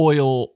Oil